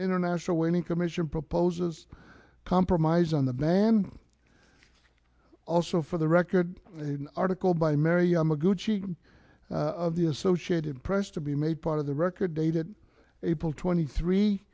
international whaling commission proposes a compromise on the ban also for the record article by mary yamaguchi of the associated press to be made part of the record dated april twenty three